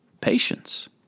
patience